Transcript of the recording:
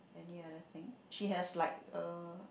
any other thing she has like a